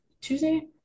Tuesday